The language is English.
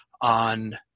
on